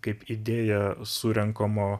kaip idėją surenkamo